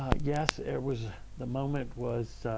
ah yes. it was, the moment was